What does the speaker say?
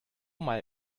mal